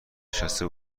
نشسته